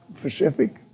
Pacific